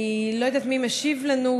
אני לא יודעת מי משיב לנו,